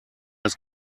das